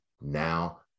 now